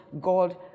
God